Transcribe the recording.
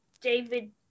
David